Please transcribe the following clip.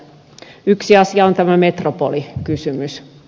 yksi asia on tämä metropolikysymys